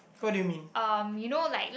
what do you mean